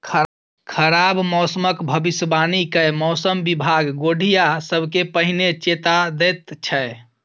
खराब मौसमक भबिसबाणी कए मौसम बिभाग गोढ़िया सबकेँ पहिने चेता दैत छै